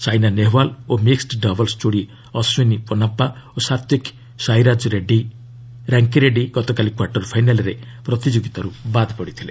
ସାଇନା ନେହୱାଲ୍ ଓ mixed doubles ଯୋଡ଼ି ଅଶ୍ୱିନୀ ପୋନାସ୍ପା ଓ ସାତ୍ତ୍ୱିକ ସାଇରାଜ୍ ରାଙ୍କିରେଡ୍ରୀ ଗତକାଲି କ୍ୱାର୍ଟର ଫାଇନାଲ୍ରେ ପ୍ରତିଯୋଗିତାରୁ ବାଦ୍ ପଡ଼ିଥିଲେ